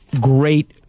great